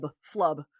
flub